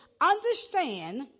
understand